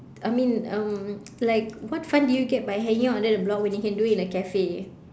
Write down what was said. I mean um like what fun do you get by hanging out under the block when you can do it in a cafe